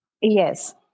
Yes